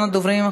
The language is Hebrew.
ואחרון הדוברים,